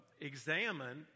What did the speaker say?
examine